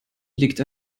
liegt